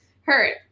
hurt